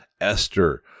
Esther